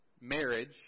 marriage